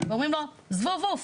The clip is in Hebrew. ואומרים לו זבוב עוף.